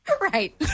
Right